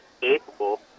capable